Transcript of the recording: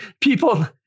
People